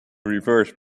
reverse